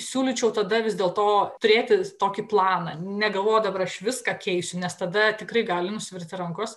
siūlyčiau tada vis dėlto turėti tokį planą negalvot dabar aš viską keisiu nes tada tikrai gali nusvirti rankos